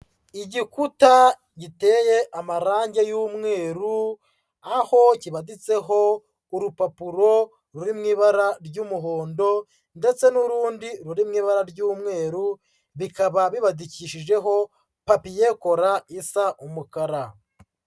Igikuta giteye amarange y'umweru aho kibaditseho urupapuro ruri mu ibara ry'umuhondo ndetse n'urundi ruri mu ibara ry'umweru, bikaba bibadikishijeho papiers collé isa umukara.